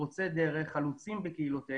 היציאה לחל"ת יחד עם אי מקומות העבודה ושכר הדירה,